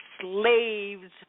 slaves